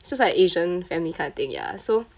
it's just like asian family kind of thing ya so